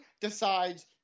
decides